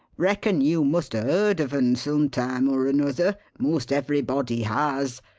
reckon you must a heard of un some time or another most everybody has.